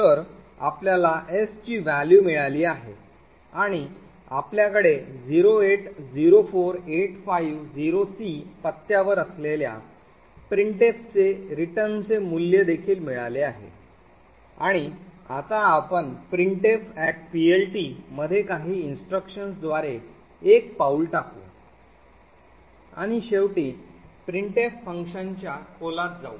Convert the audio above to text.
तर आपल्याला s ची व्हॅल्यू मिळाली आहे आणि आपल्याकडे 0804850c पत्त्यावर असलेल्या प्रिंटफचे रिटर्नचे मूल्य देखील मिळाले आहे आणि आता आपण printfPLT मध्ये काही instructions द्वारे एक पाऊल टाकू आणि शेवटी प्रिंटफ फंक्शन च्या खोलात जाऊ